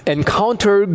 Encounter